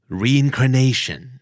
reincarnation